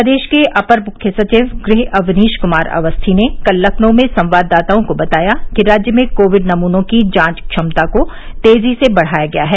प्रदेश के अपर मुख्य सचिव गृह अवनीश कुमार अवस्थी ने कल लखनऊ में संवाददाताओं को बताया कि राज्य में कोविड नमूनों की जांच क्षमता को तेजी से बढ़ाया गया है